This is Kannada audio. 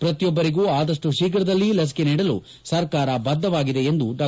ಪ್ರತಿಯೊಬ್ಬರಿಗೂ ಆದಪ್ಟು ಶೀಘ್ರದಲ್ಲಿ ಲಸಿಕೆ ನೀಡಲು ಸರ್ಕಾರ ಬದ್ದವಾಗಿದೆ ಎಂದು ಡಾ